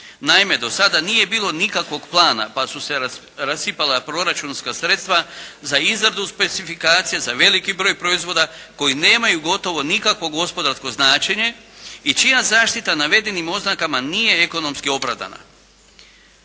Naime, do sada nije bilo nikakvog plana, pa rasipala proračunska sredstva za izradu specifikacija, za veliki broj proizvoda koji nemaju gotovo nikakvo gospodarsko značenje i čija zaštita navedenim oznakama nije ekonomski opravdana.